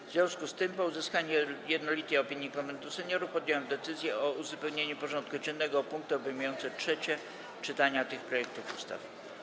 W związku z tym, po uzyskaniu jednolitej opinii Konwentu Seniorów, podjąłem decyzję o uzupełnieniu porządku dziennego o punkty obejmujące trzecie czytania tych projektów ustaw.